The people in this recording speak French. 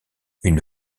une